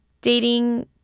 dating